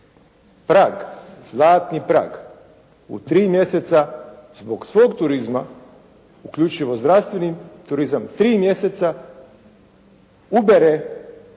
Prag. Zlatni Prag, u tri mjeseca zbog svog turizma, uključivo zdravstveni turizam tri mjeseca ubere